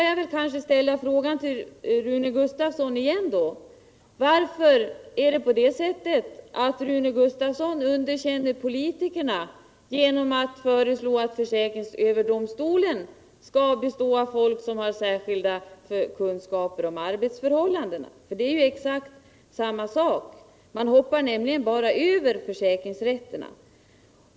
Låt mig i min tur ställa en fråga till Rune Gustavsson: Underkänner Rune Gustavsson politikerna genom att föreslå att försäkringsöverdomstolen skall bestå av folk som har särskilda kunskaper om arbetsförhållandena? Det är ju exakt samma sak. Man hoppar bara över försäkringsrätterna.